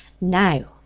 Now